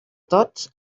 tots